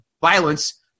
violence